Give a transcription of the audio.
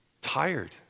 Tired